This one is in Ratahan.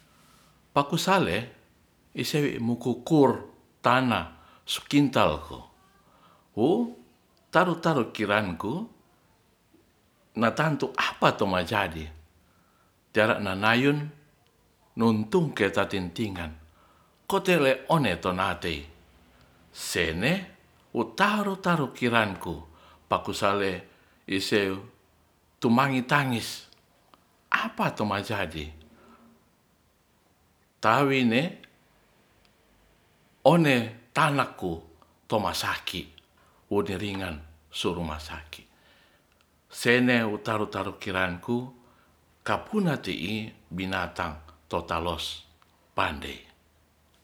Pakusale isewi' mukukur tana su kintalko wo taru tarukiran ku natantu apatu majadi tera' nanayun nutungker tatintingan kotene ore tonatei sene wotaru-taru kiranku pakusale ise tumangi tangis apato majadi tawi'ne one tanahku tomasaki woderingan so rumasaki sene we taru-tarukiranku kapuna ti'i binatang totalos pandei.